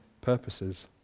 purposes